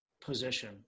position